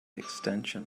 extension